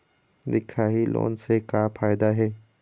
दिखाही लोन से का फायदा हे?